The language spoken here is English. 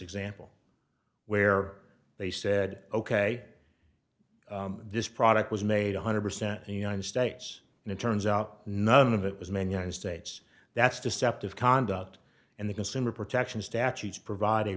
example where they said ok this product was made one hundred percent the united states and it turns out none of it was man united states that's deceptive conduct and the consumer protection statutes provide a